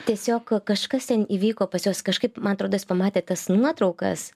tiesiog kažkas ten įvyko pas juos kažkaip man atrodo jis pamatė tas nuotraukas